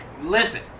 listen